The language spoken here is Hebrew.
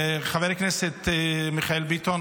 חבר הכנסת מיכאל ביטון,